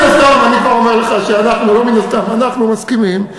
אנחנו מסכימים.